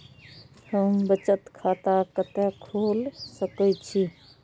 हम बचत खाता कते खोल सके छी?